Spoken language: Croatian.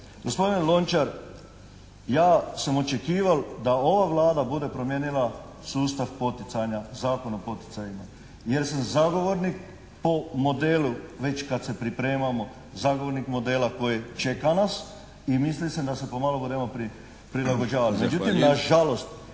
Gospodine Lončar, ja sam očekivao da ova Vlada bude promijenila sustav poticanja, Zakon o poticajima jer sam zagovornik po modelu već kad se pripremamo, zagovornik modela koji čeka nas i mislim da se pomalo budemo prilagođavali.